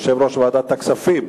יושב-ראש ועדת הכספים,